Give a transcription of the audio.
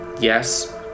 Yes